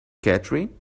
catherine